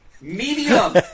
Medium